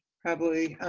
probably,